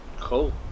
Cool